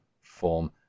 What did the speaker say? form